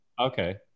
Okay